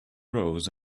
rose